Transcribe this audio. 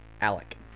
Alec